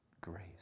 Grace